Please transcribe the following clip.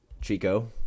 Chico